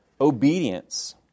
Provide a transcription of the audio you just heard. obedience